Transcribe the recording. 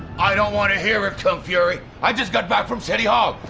i don't wanna hear it kung fury. i just got back from city hall,